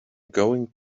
going